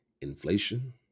inflation